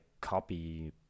copy